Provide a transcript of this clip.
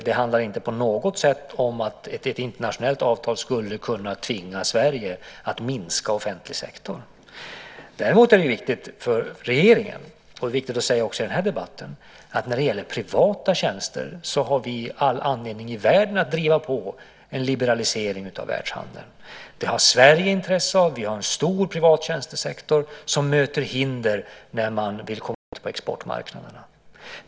Det handlar inte på något sätt om att ett internationellt avtal skulle kunna tvinga Sverige att minska offentlig sektor. Däremot när det gäller privata tjänster är det viktigt för regeringen - det är viktigt att säga också i den här debatten - att driva på en liberalisering av världshandeln. Det finns all anledning i världen till det. Det har Sverige intresse av. Vi har en stor privat tjänstesektor som möter hinder när den vill ut på exportmarknaden.